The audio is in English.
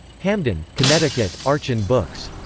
hamden, connecticut archon books.